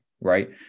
Right